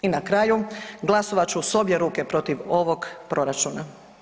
I na kraju, glasovat ću s obje ruke protiv ovog proračuna.